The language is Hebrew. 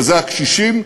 וזה הקשישים.